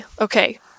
Okay